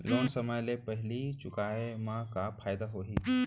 Loan समय ले पहिली चुकाए मा का फायदा होही?